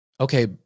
okay